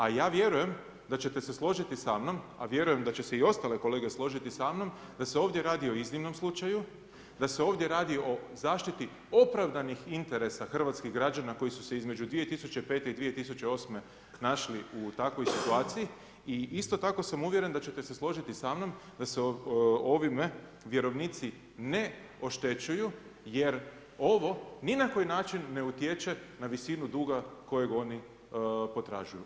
A ja vjerujem da ćete se složiti sa mnom, a vjerujem da će se i ostale kolege složiti sa mnom, da se ovdje radi o iznimnom slučaju, da se ovdje radi o zaštiti opravdanih interesa hrvatskih građana koji su se između 2005. i 2008. našli u takvoj situaciji i isto tako sam uvjeren da ćete se složiti sa mnom da se ovime vjerovnici ne oštećuju jer ovo ni na koji način ne utječe na visinu duga kojeg oni potražuju.